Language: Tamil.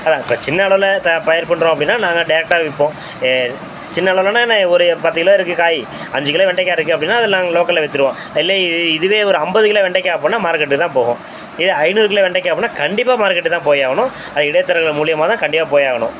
அதுதான் இப்போ சின்ன அளவில் த பயிர் பண்ணுறோம் அப்படின்னா நாங்கள் டேரெக்டாக விற்போம் சின்ன அளவிளன்னா என்ன ஒரு பத்து கிலோ இருக்குது காய் அஞ்சு கிலோ வெண்டைக்காய் இருக்குது அப்படின்னா அதை நாங்கள் லோக்கலில் விற்றுருவோம் இல்லை இதுவே ஒரு ஐம்பது கிலோ வெண்டைக்காய் அப்புடின்னா மார்க்கெட்டுக்கு தான் போகும் இதே ஐநூறு கிலோ வெண்டைக்காய் அப்புடின்னா கண்டிப்பாக மார்க்கெட்டு தான் போயாகணும் அது இடைத் தரகர்கள் மூலயமா தான் கண்டிபா போயாகணும்